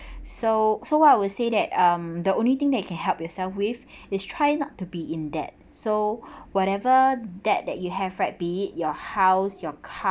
so so I would say that um the only thing that can help yourself with is try not to be in that so whatever that that you have like be your house your car